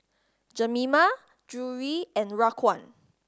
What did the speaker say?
Jemima Drury and Raquan